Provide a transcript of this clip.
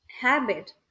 habit